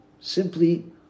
Simply